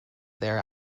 there